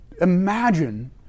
imagine